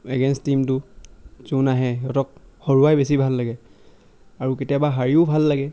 against টীমটো যোন আহে সিহঁতক হৰুৱাই বেছি ভাল লাগে আৰু কেতিয়াবা হাৰিও ভাল লাগে